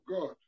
God